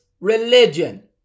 religion